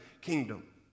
kingdom